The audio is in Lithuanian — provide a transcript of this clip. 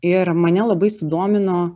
ir mane labai sudomino